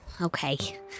okay